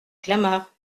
clamart